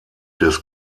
des